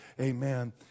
Amen